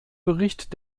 bericht